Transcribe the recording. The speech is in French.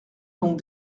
donc